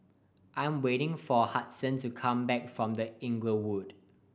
I'm waiting for Huston to come back from The Inglewood